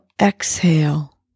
exhale